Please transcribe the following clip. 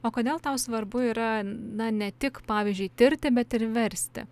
o kodėl tau svarbu yra na ne tik pavyzdžiui tirti bet ir versti